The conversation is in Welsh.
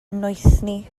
noethni